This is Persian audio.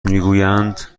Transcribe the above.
میگویند